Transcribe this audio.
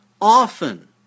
often